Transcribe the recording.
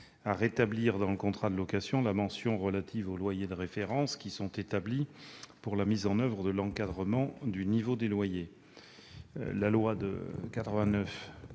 à rétablir dans le contrat de location la mention relative aux loyers de référence qui sont établis pour la mise en oeuvre de l'encadrement du niveau des loyers.